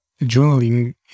journaling